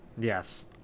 Yes